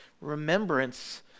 remembrance